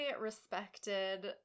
respected